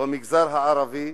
במגזר הערבי